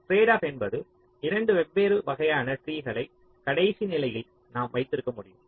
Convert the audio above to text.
tradeoff என்பது 2 வெவ்வேறு வகையான ட்ரீகளை கடைசிநிலையில் நாம் வைத்திருக்க முடியும்